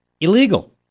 illegal